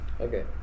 Okay